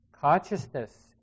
Consciousness